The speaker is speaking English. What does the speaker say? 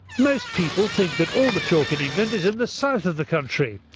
most people think that all the chalk in england is in the south of the country.